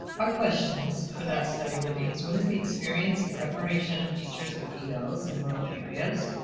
our questions for that study were these. what is the experience and preparation of teachers of yeah els in rural areas?